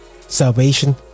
Salvation